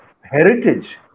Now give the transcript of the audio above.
heritage